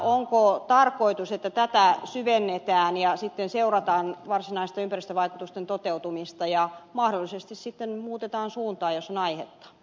onko tarkoitus että tätä syvennetään ja sitten seurataan varsinaista ympäristövaikutusten toteutumista ja mahdollisesti sitten muutetaan suuntaa jos on aihetta